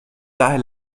daher